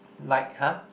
like huh